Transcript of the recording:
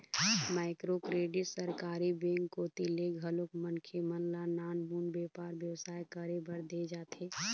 micro credit सरकारी bank कोती ले घलोक मनखे मन ल नानमुन बेपार बेवसाय करे बर देय जाथे